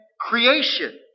creation